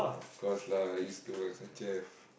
of course lah use to work as a chef